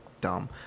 dumb